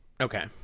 Okay